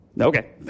okay